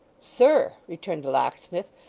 sir, returned the locksmith,